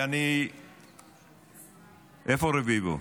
איפה רביבו?